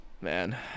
man